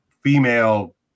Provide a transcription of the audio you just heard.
female